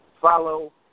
Follow